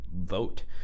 vote